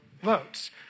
votes